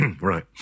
Right